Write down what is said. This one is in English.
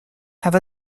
have